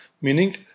meaning